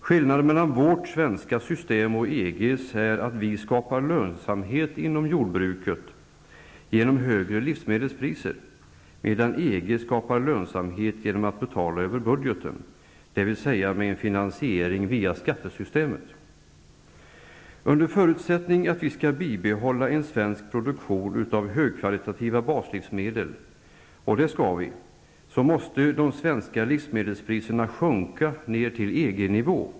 Skillnaden mellan vårt svenska system och EG:s är att vi skapar lönsamhet inom jordbruket genom högre livsmedelspriser, medan EG skapar lönsamhet genom att betala över budgeten, dvs. med en finansiering via skattesystemet. Under förutsättning att vi skall bibehålla en svensk produktion av högkvalitativa baslivsmedel -- och det skall vi -- måste de svenska livsmedelspriserna sjunka ner till EG-nivå.